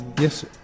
yes